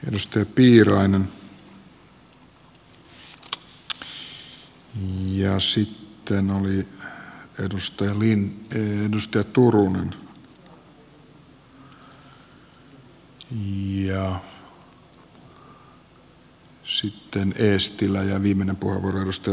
edustaja piirainen ja sitten oli edustaja turunen ja sitten eestilä ja viimeinen puheenvuoro edustaja timo korhonen